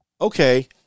okay